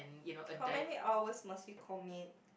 how many hours must you commit